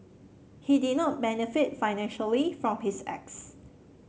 he did not benefit financially from his acts